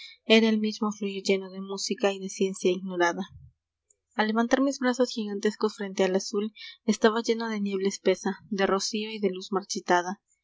era el mismo fluir lleno de música y de ciencia ignorada al levantar mis brazos gigantescos frente al azul estaba lleno de niebla espesa de rocío y de luz marchitada